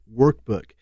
Workbook